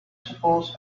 suppose